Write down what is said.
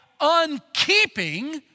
unkeeping